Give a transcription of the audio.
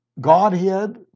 Godhead